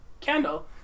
candle